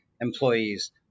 employees